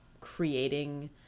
creating